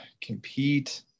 compete